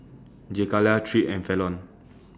Jakayla Tripp and Fallon